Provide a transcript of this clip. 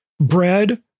bread